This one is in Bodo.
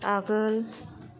आगोल